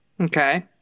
Okay